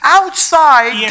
outside